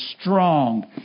strong